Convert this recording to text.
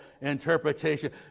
interpretation